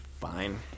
Fine